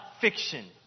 fiction